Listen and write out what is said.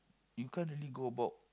you can't really go about